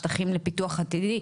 השטחים לפיתוח הטבעי,